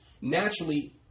naturally